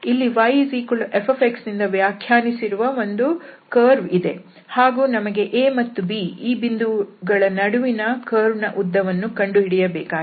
ಇಲ್ಲಿ y f ನಿಂದ ವ್ಯಾಖ್ಯಾನಿಸಿರುವ ಒಂದು ಕರ್ವ್ ಇದೆ ಹಾಗೂ ನಮಗೆ a ಮತ್ತುb ಈ ಬಿಂದುಗಳ ನಡುವಿನ ಕರ್ವ್ನ ಉದ್ದ ವನ್ನು ಕಂಡುಹಿಡಿಯಬೇಕಾಗಿದೆ